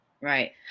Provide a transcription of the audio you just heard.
right